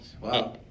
Wow